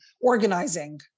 organizing